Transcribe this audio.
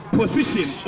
position